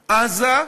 עזה,